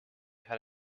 had